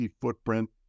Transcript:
footprint